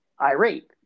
irate